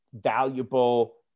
valuable